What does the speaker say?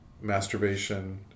masturbation